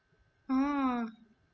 oh